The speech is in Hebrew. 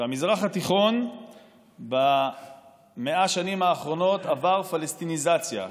והמזרח התיכון במאה השנים האחרונות עבר פלסטיניזציה.